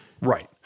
Right